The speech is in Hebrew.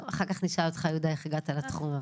יהודה, אחר כך נשאל אותך איך הגעת לתחום.